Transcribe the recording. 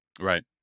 Right